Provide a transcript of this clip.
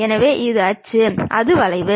எனவே இது அச்சு அது வளைவு